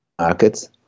markets